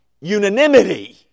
unanimity